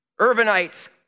Urbanites